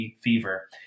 fever